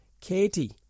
Katie